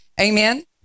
amen